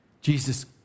Jesus